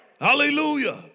Hallelujah